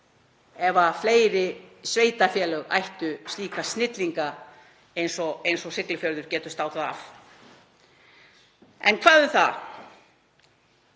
ef fleiri sveitarfélög ættu slíka snillinga eins og Siglufjörður getur státað af. En hvað um það.